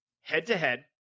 Head-to-head